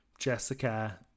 jessica